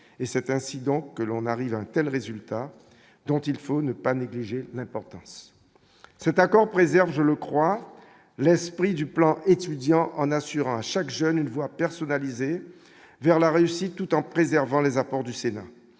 cet incident que l'on arrive telle résultat dont il faut ne pas négliger l'importance cet accord préserve, je le crois, l'esprit du plan étudiant en assurant à chaque jeune une voix personnalisé vers la Russie, tout en préservant les apports du Sénat,